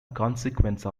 consequence